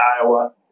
Iowa